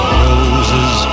roses